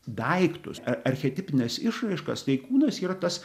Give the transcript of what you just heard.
daiktus ar archetipines išraiškas tai kūnas yra tas